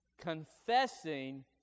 confessing